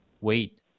Wait